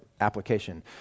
application